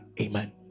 Amen